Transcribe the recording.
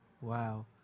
Wow